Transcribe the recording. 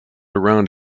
around